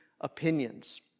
opinions